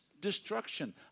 destruction